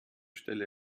stelle